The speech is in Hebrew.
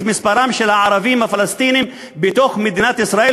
מספרם של הערבים הפלסטינים בתוך מדינת ישראל,